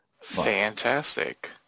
Fantastic